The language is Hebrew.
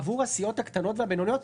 עבור הסיעות הקטנות והבינוניות,